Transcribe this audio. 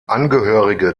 angehörige